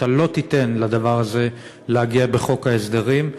שאתה לא תיתן לדבר הזה להגיע בחוק ההסדרים.